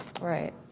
Right